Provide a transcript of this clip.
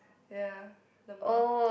ya lmao